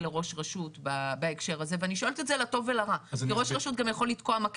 כי אנחנו פוגשים את הלקוחות שקונים דירות ואנחנו גם משכירים לאלה